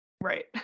Right